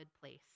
place